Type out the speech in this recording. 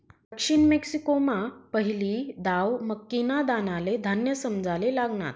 दक्षिण मेक्सिकोमा पहिली दाव मक्कीना दानाले धान्य समजाले लागनात